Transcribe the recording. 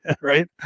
right